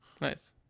Nice